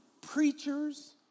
preachers